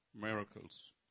miracles